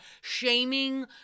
shaming